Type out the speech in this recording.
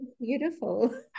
beautiful